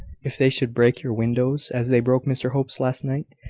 if they should break your windows, as they broke mr hope's last night,